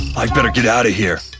i'd better get outta here!